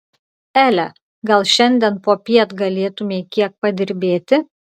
ele gal šiandien popiet galėtumei kiek padirbėti